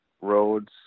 roads